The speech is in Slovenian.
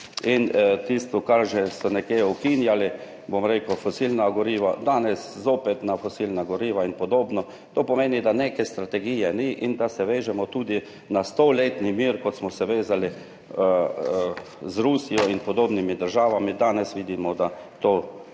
In tisto, kar so nekje že ukinjali – fosilna goriva, danes [gremo] zopet na fosilna goriva in podobno. To pomeni, da ni neke strategije in da se vežemo tudi na stoletni mir, kot smo se vezali z Rusijo in podobnimi državami. Danes vidimo, da je